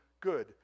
good